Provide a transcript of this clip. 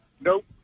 nope